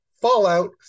fallout